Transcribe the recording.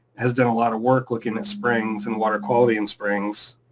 has done a lot of work looking at springs and water quality in springs.